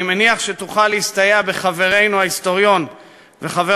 אני מניח שתוכל להסתייע בחברנו ההיסטוריון וחבר